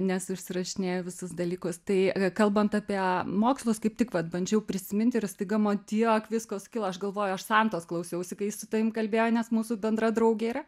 nes užsirašinėju visus dalykus tai kalbant apie mokslus kaip tik vat bandžiau prisiminti ir staiga man tiek visko sukilo aš galvoju aš santos klausiausi kai ji su tavim kalbėjo nes mūsų bendra draugė yra